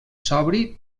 sobri